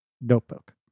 notebook